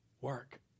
work